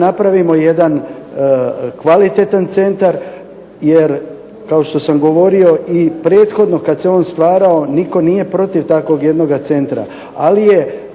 napravimo jedan kvalitetan centar. Jer kao što sam govorio i prethodno kad se on stvarao, nitko nije protiv takvog jednoga centra, ali je